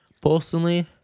personally